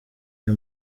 aya